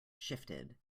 shifted